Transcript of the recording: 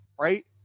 right